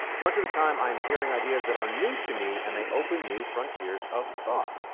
much of the time, i'm hearing ideas that are new to me and they open new frontiers of thought.